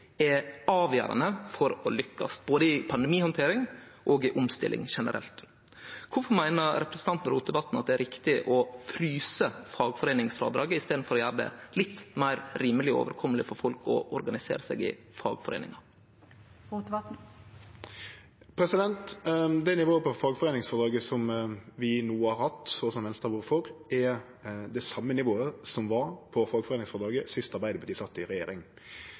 er avgjerande for å lykkast både i pandemihandtering og i omstilling generelt. Kvifor meiner representanten Rotevatn at det er riktig å fryse fagforeiningsfrådraget i staden for å gjere det litt meir rimeleg og overkomeleg for folk å organisere seg i fagforeiningar? Det nivået på fagforeiningsfrådraget som vi no har hatt, og som Venstre har vore for, er det same nivået som var på fagforeiningsfrådraget sist Arbeidarpartiet sat i regjering.